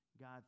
God